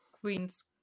Queen's